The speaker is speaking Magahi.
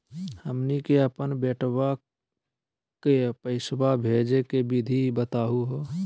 हमनी के अपन बेटवा क पैसवा भेजै के विधि बताहु हो?